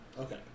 Okay